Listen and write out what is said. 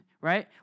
right